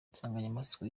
insanganyamatsiko